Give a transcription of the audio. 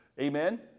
Amen